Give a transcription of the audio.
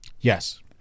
Yes